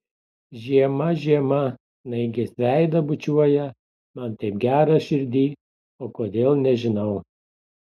žiema žiema snaigės veidą bučiuoja man taip gera širdyj o kodėl nežinau